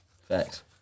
Facts